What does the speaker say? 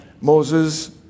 Moses